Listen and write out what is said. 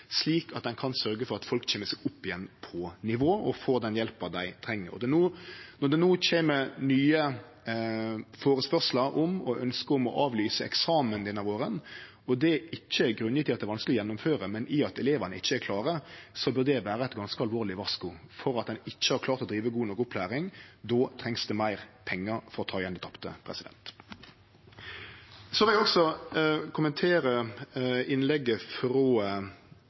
slik at ein kan sørgje for at folk kjem seg opp på nivå igjen og får den hjelpa dei treng. Når det no kjem nye førespurnader og ønske om å avlyse eksamen denne våren, og det ikkje er grunngjeve i at det er vanskeleg å gjennomføre, men i at elevane ikkje er klare, bør det vere eit ganske alvorleg varsku for at ein ikkje har klart å drive god nok opplæring. Då trengst det meir pengar for å ta igjen det tapte. Eg vil også kommentere innlegget frå